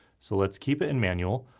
so let's keep it in manual,